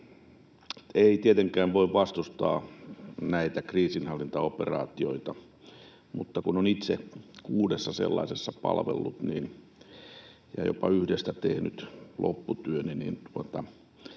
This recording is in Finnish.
Ei tietenkään voi vastustaa näitä kriisinhallintaoperaatioita, mutta kun olen itse kuudessa sellaisessa palvellut ja jopa yhdestä tehnyt lopputyöni, niin